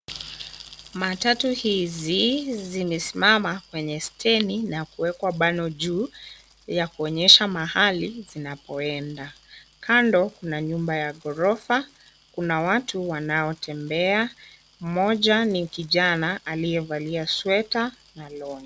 Matatu hizi zimesimama kwenye steni na kuekwa bano juu ya kuoyesha mahali zinapoenda. Kando kuna nyumba ya ghorofa, kuna watu wanaotembea, mmoja ni kijana aliyevalia sweta na longi.